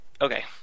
okay